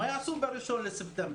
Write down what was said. מה יעשו ב-1 בספטמבר?